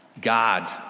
God